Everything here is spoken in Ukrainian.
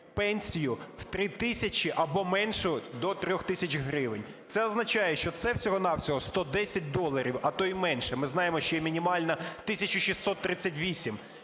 пенсію в 3 тисячі або меншу – до 3 тисяч гривень, це означає, що це всього-на-всього 110 доларів, а то і менше. Ми знаємо, що і мінімальна –